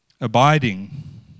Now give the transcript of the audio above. Abiding